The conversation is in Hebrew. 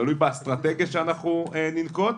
זה תלוי באסטרטגיה שאנחנו ננקוט,